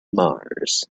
mars